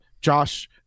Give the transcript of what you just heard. josh